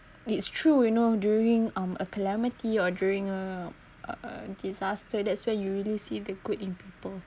it's true you know during um a calamity or during a a disaster that's when you really see the good in people